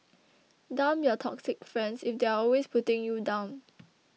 dump your toxic friends if they're always putting you down